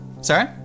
Sorry